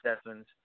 Stephens